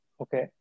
Okay